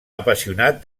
apassionat